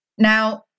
Now